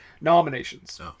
nominations